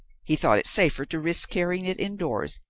he thought it safer to risk carrying it indoors,